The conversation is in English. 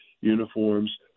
uniforms